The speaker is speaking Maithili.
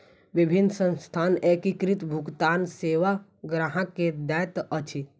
विभिन्न संस्थान एकीकृत भुगतान सेवा ग्राहक के दैत अछि